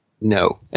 No